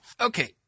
Okay